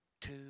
two